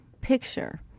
picture